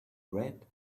red